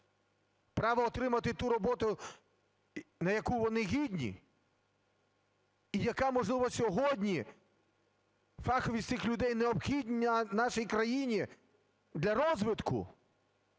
Право отримати ту роботу, на яку вони гідні, і яка, можливо, сьогодні фаховість цих людей необхідна нашій країні для розвитку?